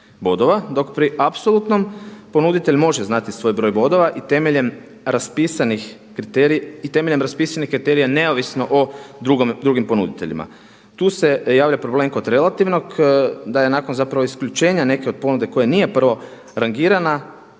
dok pri apsolutnom ponuditelj može znati svoj broj bodova i temeljem raspisanih kriterija neovisno o drugim ponuditeljima. Tu se javlja problem kod relativnog da je nakon isključenja neke od ponude koja nije prvo rangirana